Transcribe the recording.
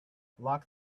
lock